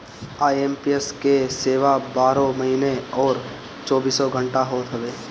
IMPS के सेवा बारहों महिना अउरी चौबीसों घंटा होत हवे